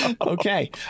okay